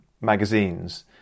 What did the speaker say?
magazines